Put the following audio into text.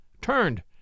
turned